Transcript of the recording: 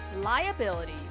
liability